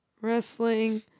wrestling